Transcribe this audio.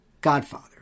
Godfather